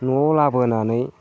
न'आव लाबोनानै